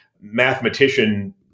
mathematician